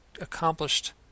accomplished